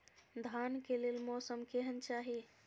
धान के लेल मौसम केहन चाहि?